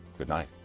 good nlight.